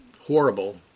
horrible